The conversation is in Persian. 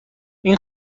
این